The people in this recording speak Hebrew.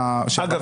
השינוי.